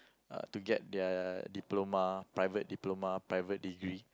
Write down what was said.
to get their diploma private diploma private degree